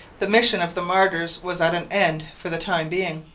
the mission of the martyrs was at an end for the time being.